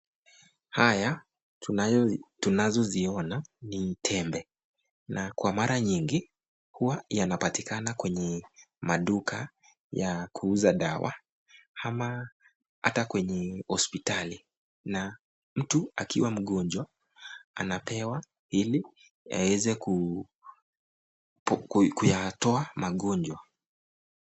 Haya tunazoziona ni tembe na kwa mara nyingi huwa yanapatikana kwenye maduka ya kuuza dawa ama hata kwenye hospitali. Na mtu akiwa mgonjwa anapewa ili aweze kuyatoa magonjwa.